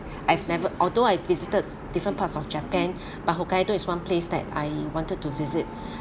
I have never although I've visited many parts of japan but hokkaido is one place that I wanted to visit